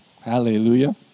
Hallelujah